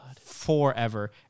forever